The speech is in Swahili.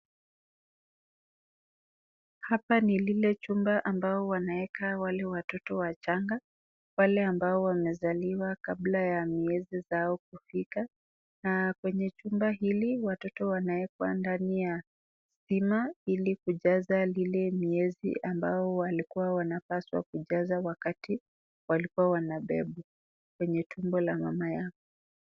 Hapa ni lile chumba ambao wanaweka wale watoto wachanga, wale ambao wamezaliwa kabla ya miezi zao kufika. Na kwenye chumba hili watoto wanawekwa ndani ya stima ili kujaza lile miezi ambayo walikuwa wanapaswa kujaza wakati walikuwa wanabebwa kwenye tumbo la mama yao.